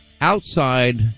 outside